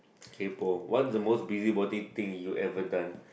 kaypoh what's the most busybody thing you ever done